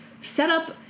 setup